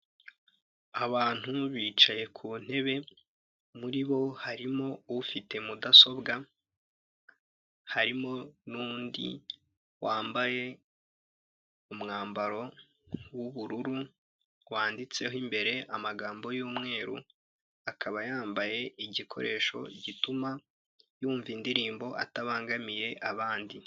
Abantu bicaye ku ntebe, muri bo harimo ufite mudasobwa harimo n'undi wambaye umwambaro w'ubururu wanditseho imbere amagambo y'umweru, akaba yambaye igikoresho gituma yumva indirimbo atabangamiye abandi.